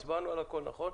הצבענו על הכול, נכון?